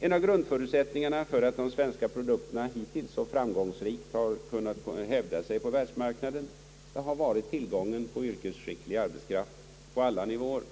En av grundförutsättningarna för att de svenska produkterna hittills så framgångsrikt kunnat hävda sig på världsmarknaden har varit tillgången på yrkesskicklig arbetskraft på alla nivåer.